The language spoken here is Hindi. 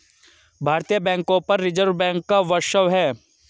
भारतीय बैंकों पर रिजर्व बैंक का वर्चस्व है